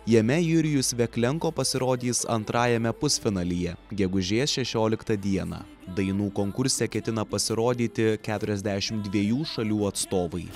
jame jurijus veklenko pasirodys antrajame pusfinalyje gegužės šešioliktą dieną dainų konkurse ketina pasirodyti keturiasdešimt dviejų šalių atstovai